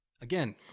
Again